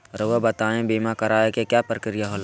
रहुआ बताइं बीमा कराए के क्या प्रक्रिया होला?